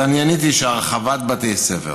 עניתי שהרחבת בתי ספר